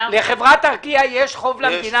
למדינה.